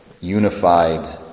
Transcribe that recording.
unified